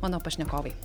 mano pašnekovai